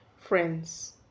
friends